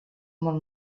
molt